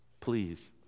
Please